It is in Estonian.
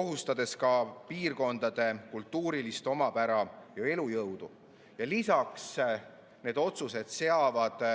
ohustavad ka piirkondade kultuurilist omapära ja elujõudu. Lisaks, need otsused seavad